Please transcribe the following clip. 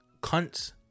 cunts